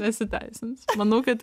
nesiteisinusiu manau kad